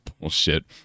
bullshit